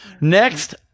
Next